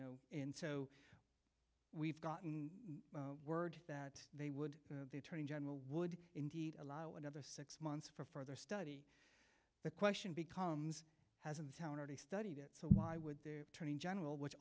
know and so we've gotten word that they would the attorney general would indeed allow another six months for further study the question becomes has in the town already studied it so why would the attorney general which